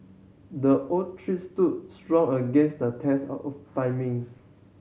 the oak tree stood strong against the test of timing